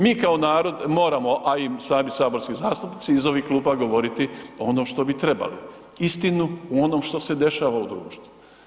Mi kao narod moramo a i sami saborski zastupnici iz ovih klupa, govoriti ono što bi trebali, istinu o onome što se dešava u društvu.